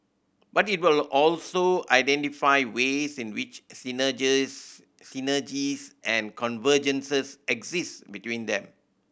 but it will also identify ways in which synergies and convergences exist between them